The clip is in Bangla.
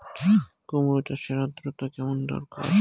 কুমড়ো চাষের আর্দ্রতা কেমন দরকার?